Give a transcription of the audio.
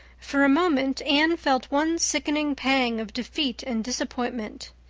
for a moment anne felt one sickening pang of defeat and disappointment.